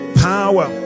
power